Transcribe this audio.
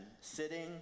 sitting